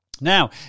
Now